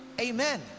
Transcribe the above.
amen